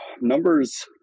Numbers